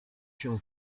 się